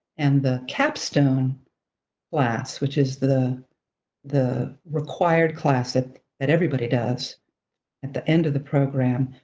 and the capstone class, which is the the required class that that everybody does at the end of the program,